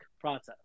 process